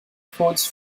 affords